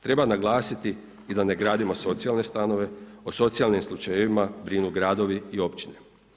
Treba naglasiti i da ne gradimo socijalne stanove, o socijalnim slučajevima brinu gradovi i općine.